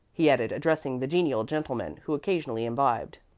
he added, addressing the genial gentleman who occasionally imbibed.